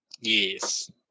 Yes